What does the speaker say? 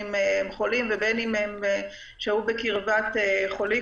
הם חולים או שהו בקרבת חולים,